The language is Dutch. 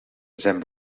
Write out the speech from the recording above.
zijn